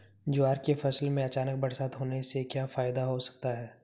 ज्वार की फसल में अचानक बरसात होने से क्या फायदा हो सकता है?